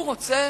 הוא רוצה